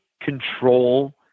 control